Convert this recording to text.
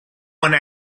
one